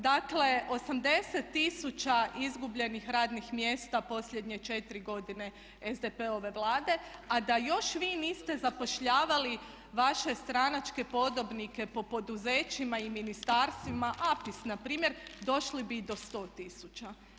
Dakle 80 tisuća izgubljenih radnih mjesta posljednje 4 godine SDP-ove Vlade a da još vi niste zapošljavali vaše stranačke podobnike po poduzećima i ministarstvima APIS npr. došli bi i do 100 tisuća.